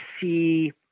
see